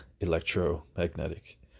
electromagnetic